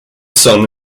son